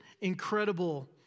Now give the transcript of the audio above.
incredible